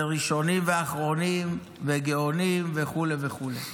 וראשונים ואחרונים וגאונים וכו' וכו'.